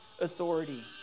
authority